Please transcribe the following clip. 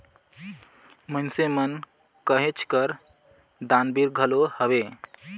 मइनसे मन कहेच कर दानबीर घलो हवें